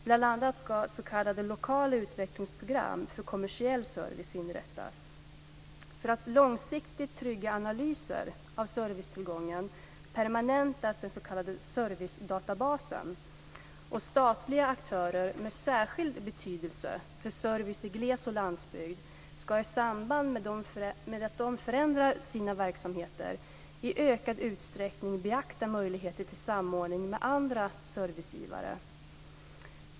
Bl.a. ska s.k. lokala utvecklingsprogram för kommersiell service inrättas. För att långsiktigt trygga analyser av servicetillgången permanentas den s.k. servicedatabasen. Statliga aktörer med särskild betydelse för service i gles och landsbygd ska i samband med att de förändrar sina verksamheter i ökad utsträckning beakta möjligheter till samordning med andra servicegivare.